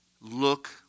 look